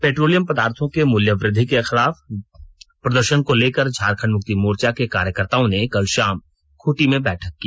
petroleum पदार्थो के मूल्य वृद्धि के खिलाफ प्रदर्शन को लेकर झारखंड मुक्ति मोर्चा के कार्यकर्ताओं ने कल शाम खूंटी में बैठक की